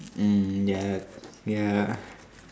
mm ya ya